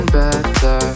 better